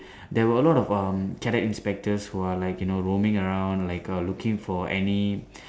there were a lot of um cadet inspectors who are like you know roaming around like err looking for any